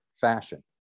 fashion